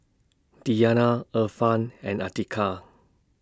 Diyana Irfan and Atiqah